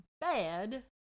Bad